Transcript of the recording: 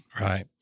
Right